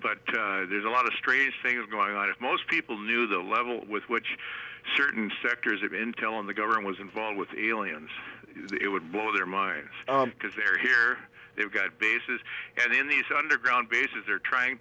but there's a lot of strange things going on as most people knew the level with which certain sectors of intel in the government was involved with aliens it would blow their minds because they're here they've got bases and in these underground bay they're trying